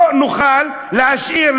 לא נוכל להשאיר,